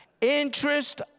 interest